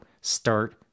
start